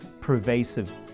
pervasive